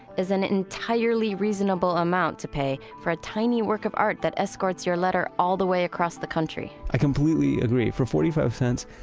is an entirely reasonable amount to pay for a tiny work of art that escorts your letter all the way across the country i completely agree. for forty five cents,